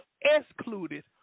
excluded